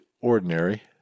ordinary